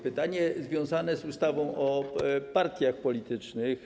Pytanie jest związane z ustawą o partiach politycznych.